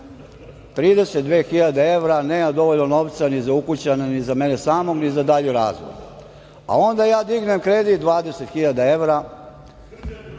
32.000 evra, nemam dovoljno novca ni za ukućane, ni za mene samog, ni za dalji razvoj. Onda ja dignem kredit 20.000 evra